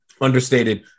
understated